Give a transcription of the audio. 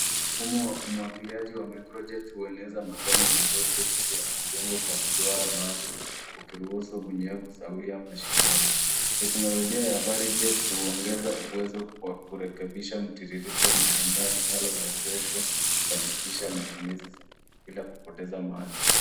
Mfumo wa umwagiliaji wa microjet hueneza matone madogo juu ya udongo kwa mduara maalum ukiruhusu unyevu sawia mashinani. Teknolojia ya vari-jet huongeza uwezo kwa kurekebisha mtiririko na eneo linalowezeshwa ukifanikisha matumizi sahihi bila kupoteza maji.